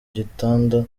gitanda